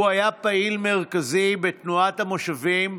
הוא היה פעיל מרכזי בתנועת המושבים,